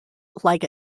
like